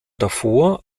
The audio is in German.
davor